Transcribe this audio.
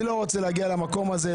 אני לא רוצה להגיע למקום הזה.